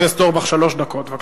חבר הכנסת אורבך, שלוש דקות, בבקשה.